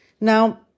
Now